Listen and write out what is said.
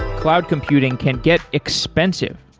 cloud computing can get expensive.